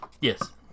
Yes